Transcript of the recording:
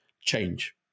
change